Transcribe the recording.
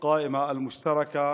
המשותפת,